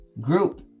group